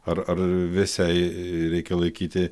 ar ar vėsiai reikia laikyti